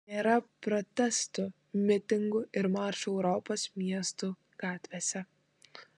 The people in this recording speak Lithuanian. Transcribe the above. nėra protestų mitingų ir maršų europos miestų gatvėse